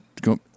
go